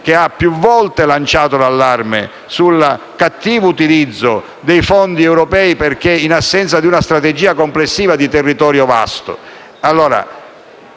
che ha più volte lanciato l'allarme sul cattivo utilizzo dei fondi europei, in assenza di una strategia complessiva di territorio vasto.